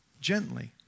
Gently